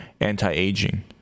anti-aging